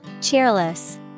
Cheerless